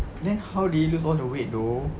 then how did he lose all the weight though